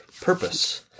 purpose